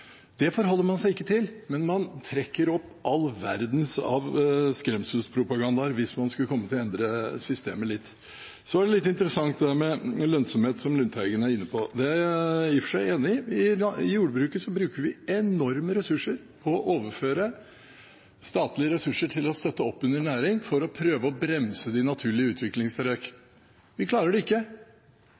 endre systemet litt. Så er det litt interessant dette med lønnsomhet, som Lundteigen er inne på. Det er jeg i og for seg enig i. I jordbruket bruker vi enorme ressurser på å overføre statlige ressurser til å støtte opp under næring for å prøve å bremse de naturlige utviklingstrekk. Vi klarer det ikke.